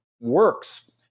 works